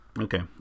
Okay